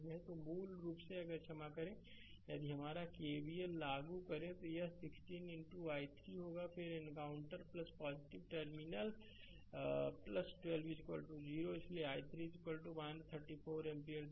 तो मूल रूप से अगर क्षमा करें यदि हमारा केवीएल लागू करें तो यह 16 i3 होगा फिर एनकाउंटर टर्मिनल 12 0 इसलिए i3 3 4 एम्पियर द्वारा